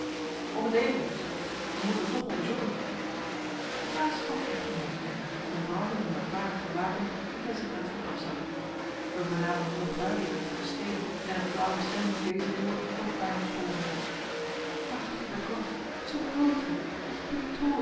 om t even zeide ik wij moeten het toch onderzoeken klaas vatte echter moed en met een brandende lantaren gewapend liet hij zich naast mij afzakken wij vernamen nu nog duidelijker het gesteen en een flauwe stem liet deze woorden kort bij ons hooren ach lieber gott zum